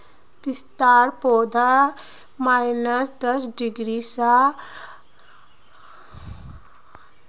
पिस्तार पौधा माइनस दस डिग्री स अड़तालीस डिग्री तकेर तापमान झेलवा सख छ